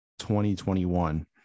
2021